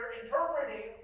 interpreting